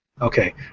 Okay